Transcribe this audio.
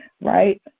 right